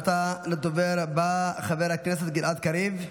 עתה לדובר הבא, חבר הכנסת גלעד קריב,